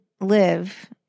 live